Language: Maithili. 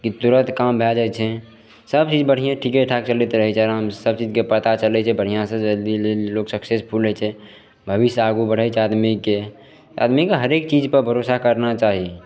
कि तुरत काम भए जाइ छै सभचीज बढ़िए ठीकेठाक चलैत रहै छै आराम सँ सभचीजके पता चलै छै बढ़िआँ सँ जल्दी लोग सक्सेसफुल होइ छै भविष्य आगू बढ़े छै आदमीके आदमीके हरेक चीजपर भरोसा करना चाही